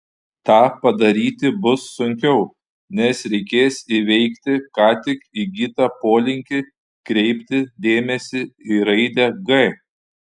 tą padaryti bus sunkiau nes reikės įveikti ką tik įgytą polinkį kreipti dėmesį į raidę g